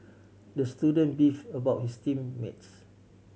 the student beefed about his team mates